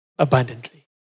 Abundantly